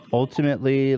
ultimately